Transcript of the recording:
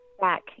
back